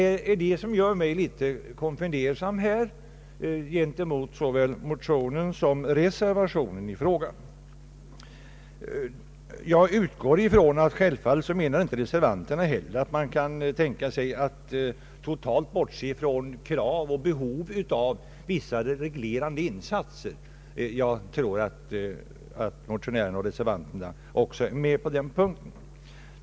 Det är detta som gör mig litet fundersam inför såväl motionen som reservationen i frågan. Jag utgår från att självfallet inte heller menar reservanterna att man totalt kan bortse från krav på och behov av vissa reglerande insatser.